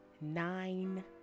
Nine